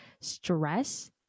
stress